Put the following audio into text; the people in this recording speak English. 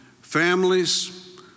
families